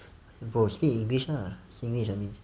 bro speak english lah singlish I mean